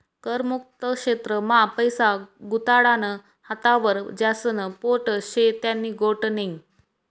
कर मुक्त क्षेत्र मा पैसा गुताडानं हातावर ज्यास्न पोट शे त्यानी गोट नै